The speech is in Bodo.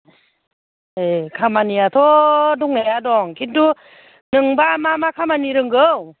ए खामानियाथ' दंनाया दं खिन्थु नोंबा मा मा खामानि रोंगौ